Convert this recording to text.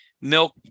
Milk